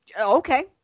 okay